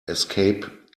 escape